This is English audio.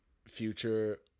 Future